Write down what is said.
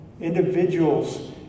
Individuals